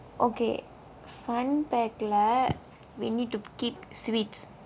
okay fun pack we need to keep sweets